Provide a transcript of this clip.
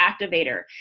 activator